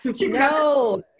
No